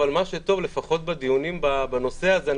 אבל מה שטוב לפחות בדיונים בנושא הזה,